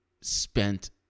spent